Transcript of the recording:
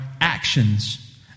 actions